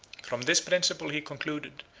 from this principle he concluded,